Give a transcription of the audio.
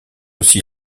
aussi